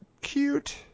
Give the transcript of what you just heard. cute